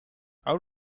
out